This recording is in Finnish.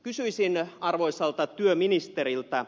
kysyisin arvoisalta työministeriltä